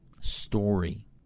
story